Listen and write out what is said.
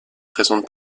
présente